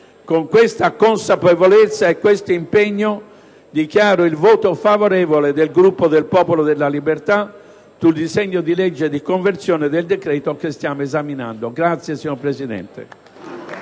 Con questa consapevolezza e questo impegno dichiaro il voto favorevole del Gruppo del Popolo della Libertà sul disegno di legge di conversione del decreto che stiamo esaminando. *(Applausi dal Gruppo PdL.